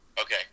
okay